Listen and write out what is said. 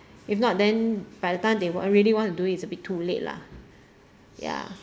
if not then by the time they were already want to do is a bit too late lah ya